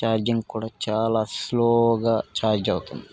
charging కూడా చాలా స్లోగా చార్జ్ అవుతుంది